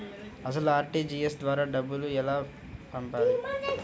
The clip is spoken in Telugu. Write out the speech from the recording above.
అసలు అర్.టీ.జీ.ఎస్ ద్వారా ఎలా డబ్బులు పంపాలి?